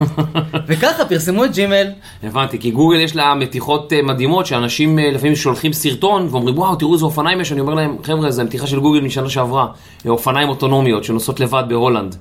וככה פרסמו את ג'ימל. הבנתי כי גוגל יש לה מתיחות מדהימות שאנשים לפעמים שולחים סרטון ואומרים וואו תראו איזה אופניים יש, אני אומר להם חבר'ה זו המתיחה של גוגל משנה שעברה, אופניים אוטונומיות שנוסעות לבד בהולנד.